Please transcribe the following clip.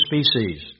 species